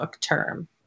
term